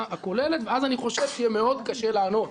הכוללת ואז אני חושב שיהיה מאוד קשה לענות